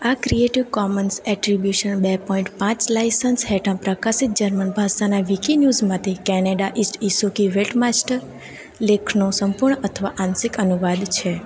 આ creative commons attribution બે point પાંચ લાઇસન્સ હેઠળ પ્રકાશિત જર્મન ભાષાના વિકિન્યૂઝમાંથી કેનેડા ઇસ્ટ ઈશોકી વેલ્ટમાસ્ટર લેખનો સંપૂર્ણ અથવા આંશિક અનુવાદ છે